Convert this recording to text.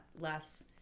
less